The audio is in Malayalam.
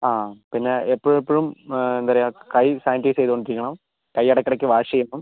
ആ പിന്നെ എപ്പോഴും എപ്പോഴും എന്താ പറയുക കൈ സാനിറ്റൈസ് ചെയ്തുകൊണ്ടിരിക്കണം കൈ ഇടയ്ക്കിടയ്ക്ക് വാഷ് ചെയ്യണം